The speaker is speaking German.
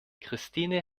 christine